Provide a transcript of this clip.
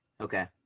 Okay